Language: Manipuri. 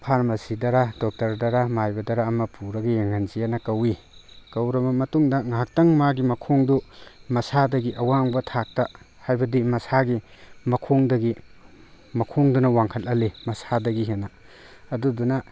ꯐꯥꯔꯃꯥꯁꯤꯗꯔ ꯗꯣꯛꯇꯔꯗꯔ ꯃꯥꯏꯕꯗꯔ ꯑꯃ ꯄꯨꯔꯒ ꯌꯦꯡꯍꯟꯁꯦꯅ ꯀꯧꯋꯤ ꯀꯧꯔꯕ ꯃꯇꯨꯡꯗ ꯉꯥꯏꯍꯥꯛꯇꯪ ꯃꯥꯒꯤ ꯃꯈꯣꯡꯗꯨ ꯃꯁꯥꯗꯒꯤ ꯑꯋꯥꯡꯕ ꯊꯥꯛꯇ ꯍꯥꯏꯕꯗꯤ ꯃꯁꯥꯒꯤ ꯃꯈꯣꯡꯗꯒꯤ ꯃꯈꯣꯡꯗꯨꯅ ꯋꯥꯡꯈꯠꯍꯜꯂꯤ ꯃꯁꯥꯗꯒꯤ ꯍꯦꯟꯅ ꯑꯗꯨꯗꯨꯅ